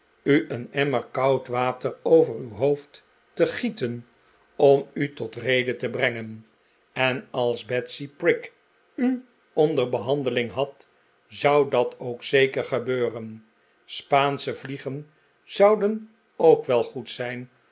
u een emmer koud water over uw hoofd te gieten om u tot rede te brengen en als betsy prig u onder behandeling had zou dat ook zeker gebeuren spaansche vliegen zouden ook wel goed zijn